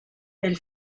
elle